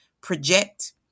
project